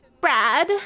Brad